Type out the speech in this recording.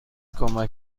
کمک